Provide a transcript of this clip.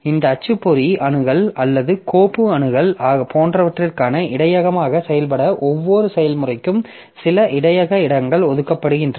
இந்த அச்சுப்பொறி அணுகல் அல்லது கோப்பு அணுகல் போன்றவற்றுக்கான இடையகமாக செயல்பட ஒவ்வொரு செயல்முறைக்கும் சில இடையக இடங்கள் ஒதுக்கப்படுகின்றன